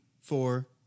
four